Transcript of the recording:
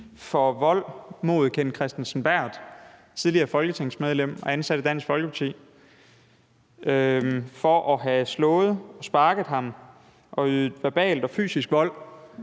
for vold mod Kenneth Kristensen Berth, tidligere folketingsmedlem og ansat i Dansk Folkeparti, altså for at have slået og sparket ham og udøvet verbal og fysisk vold.